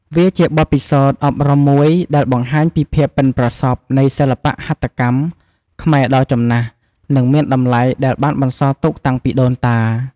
វាជាបទពិសោធន៍អប់រំមួយដែលបង្ហាញពីភាពប៉ិនប្រសប់នៃសិល្បៈហត្ថកម្មខ្មែរដ៏ចំណាស់ និងមានតម្លៃដែលបានបន្សល់ទុកតាំងពីដូនតា។